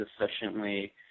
efficiently